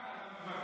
כאן, אבל מוותר.